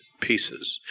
pieces